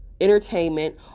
entertainment